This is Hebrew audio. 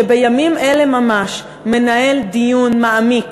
שבימים אלה ממש מנהל דיון מעמיק,